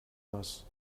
nass